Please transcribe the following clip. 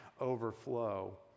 overflow